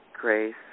Grace